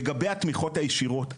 לגבי התמיכות הישירות,